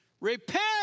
Repent